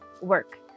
work